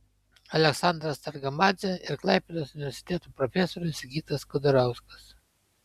aleksandras targamadzė ir klaipėdos universiteto profesorius sigitas kudarauskas